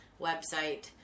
website